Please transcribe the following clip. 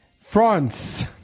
France